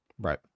Right